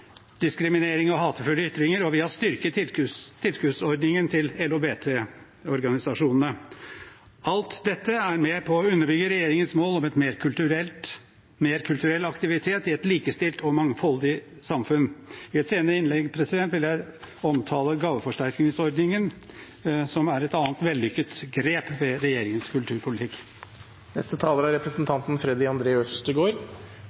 diskriminering og hatefulle ytringer, og vi har styrket tilskuddsordningen til LHBTIQ-organisasjonene. Alt dette er med på å underbygge regjeringens mål om mer kulturell aktivitet i et likestilt og mangfoldig samfunn. I et senere innlegg vil jeg omtale gaveforsterkningsordningen, som er et annet vellykket grep ved regjeringens kulturpolitikk. Det er bare å registrere at det er